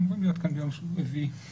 אנחנו